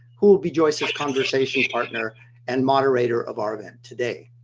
who will be joyce's conversation partner and moderator of our event today.